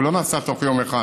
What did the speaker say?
הוא לא נעשה תוך יום אחד.